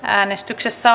äänestyksessä